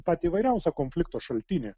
patį įvairiausią konflikto šaltinį